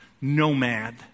nomad